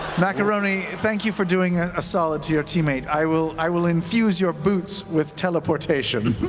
macaroni, thank you for doing a ah solid to your teammate. i will i will infuse your boots with teleportation.